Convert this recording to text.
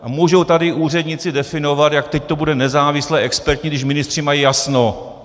A můžou tady úředníci definovat, jak teď to bude nezávislé, expertní, když ministři mají jasno.